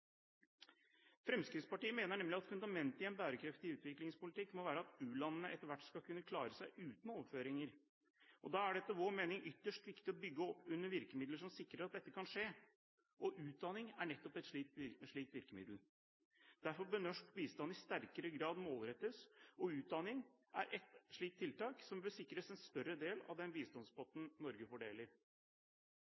Fremskrittspartiet mener nemlig at fundamentet i en bærekraftig utviklingspolitikk må være at u-landene etter hvert skal kunne klare seg uten overføringer. Da er det etter vår mening ytterst viktig å bygge opp under virkemidler som sikrer at dette kan skje. Utdanning er nettopp et slikt virkemiddel. Derfor bør norsk bistand i sterkere grad målrettes, og utdanning er et tiltak som bør sikres en større del av den bistandspotten